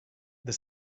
the